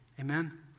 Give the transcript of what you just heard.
amen